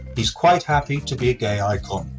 he's quite happy to be a gay icon.